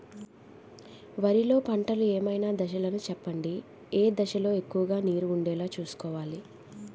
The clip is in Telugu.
వరిలో పంటలు ఏమైన దశ లను చెప్పండి? ఏ దశ లొ ఎక్కువుగా నీరు వుండేలా చుస్కోవలి?